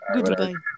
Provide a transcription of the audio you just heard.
Goodbye